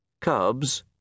Cubs